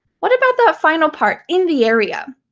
what about that final part, in the area?